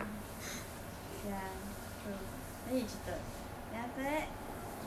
oh okay lah ya true ya true